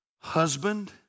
Husband